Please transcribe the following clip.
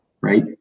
right